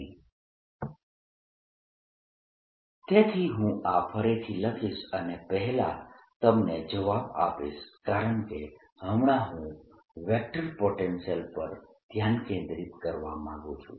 A0K4πsinsinϕ|r R|ds0K4πsincosϕ|r R|ds dsR2sinddϕ તેથી હું આ ફરીથી લખીશ અને પહેલા તમને જવાબ આપીશ કારણકે હમણાં હું વેક્ટર પોટેન્શિયલ પર ધ્યાન કેન્દ્રિત કરવા માંગુ છું